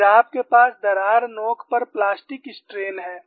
फिर आपके पास दरार नोक पर प्लास्टिक स्ट्रेन है